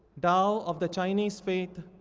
tao of the chinese faith,